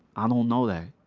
i don't know that.